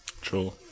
true